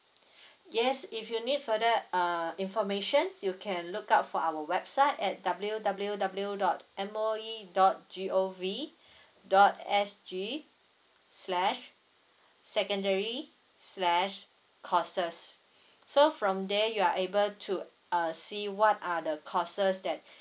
yes if you need for their err informations you can look out for our website a W W W dot M O E dot G O V dot S G slash secondary slash courses so from there you are able to uh see what are the courses that